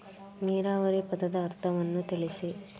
ನೀರಾವರಿ ಪದದ ಅರ್ಥವನ್ನು ತಿಳಿಸಿ?